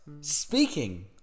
Speaking